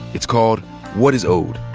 it's called what is owed.